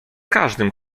każdym